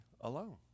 alone